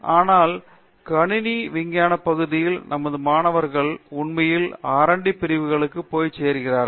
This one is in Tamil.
பேராசிரியர் அரிந்தமா சிங் ஆனால் கணினி விஞ்ஞானப் பகுதிகளில் நமது மாணவர்கள் உண்மையில் ஆர் டி R D பிரிவுகளுக்குப் போய்ச் சேர்கிறார்கள்